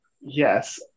Yes